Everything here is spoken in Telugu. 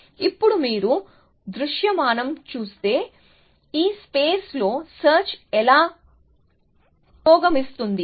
ఇప్పుడు మీరు దృశ్యమానం చేస్తే ఈ స్పేస్ లో సెర్చ్ ఎలా పురోగ మిస్తుంది